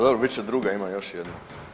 Dobro, bit će druga ima još jedna.